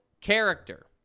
character